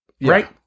Right